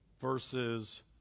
versus